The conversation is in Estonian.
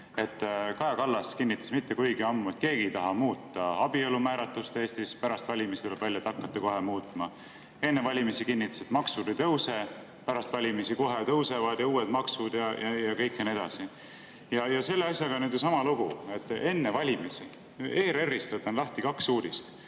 Kaja Kallas kinnitas mitte kuigi ammu, et keegi ei taha muuta abielu määratlust Eestis, pärast valimisi tuleb välja, et hakkate kohe muutma. Enne valimisi kinnitas, et maksud ei tõuse, pärast valimisi kohe tõusevad ja tulevad uued maksud ja nii edasi. Selle asjaga on sama lugu. Enne valimisi … ERR‑ist võtan lahti kaks uudist.